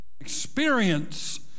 experience